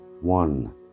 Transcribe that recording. One